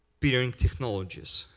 peering technologies.